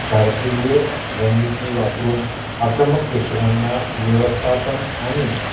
सारकिल्ल्यो रणनिती वापरून आक्रमक प्रेक्षकांना वेवस्थापन आनी